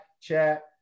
chat